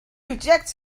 rejects